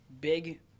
big